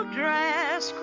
dress